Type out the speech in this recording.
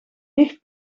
nicht